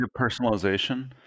personalization